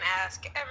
ask